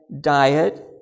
diet